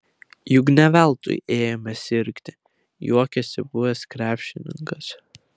juk ne veltui ėjome sirgti juokėsi buvęs krepšininkas